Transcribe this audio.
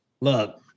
Look